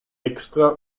extra